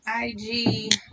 IG